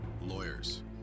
lawyers